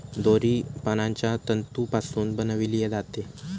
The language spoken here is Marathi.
दोरी पानांच्या तंतूपासून बनविली जाते